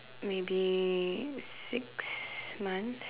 maybe six months